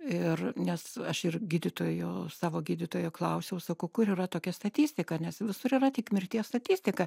ir nes aš ir gydytojo savo gydytojo klausiau sakau kur yra tokia statistika nes visur yra tik mirties statistika